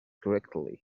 correctly